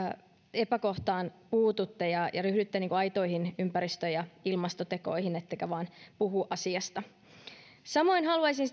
epäkohtaan puututte ja ja ryhdytte aitoihin ympäristö ja ilmastotekoihin ettekä vain puhu asiasta samoin haluaisin